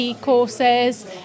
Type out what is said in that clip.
courses